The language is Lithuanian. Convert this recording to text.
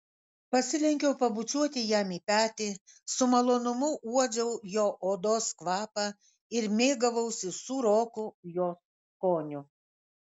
pasilenkiau pabučiuoti jam į petį su malonumu uodžiau jo odos kvapą ir mėgavausi sūroku jos skoniu